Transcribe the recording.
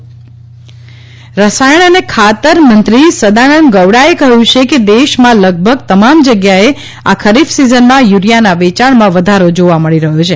Gowda urea રસાયણ અને ખાતર મંત્રી સદાનંદ ગૌડાએ કહ્યું છે કે દેશમાં લગભગ તમામ જગ્યાએ આ ખરીફ સિઝનમાં યુરિયાના વેચાણમાં વધારો જોવા મળી રહ્યો છે